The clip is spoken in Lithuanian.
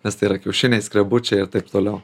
nes tai yra kiaušiniai skrebučiai ir taip toliau